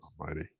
almighty